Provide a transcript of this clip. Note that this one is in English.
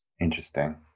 Interesting